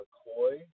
McCoy